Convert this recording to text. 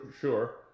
sure